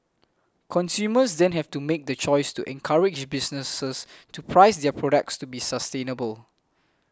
consumers then have to make the choice to encourage businesses to price their products to be sustainable